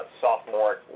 sophomore